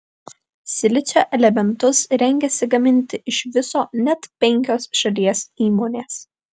silicio elementus rengiasi gaminti iš viso net penkios šalies įmonės